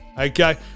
Okay